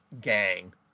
gang